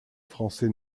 français